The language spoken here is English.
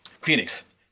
Phoenix